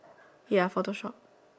ya Photoshop